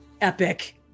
Epic